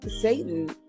Satan